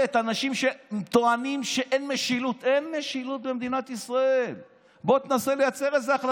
הם לוקחים את הסמכויות אליהם כמעט בכל